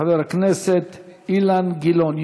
חבר הכנסת אילן גילאון.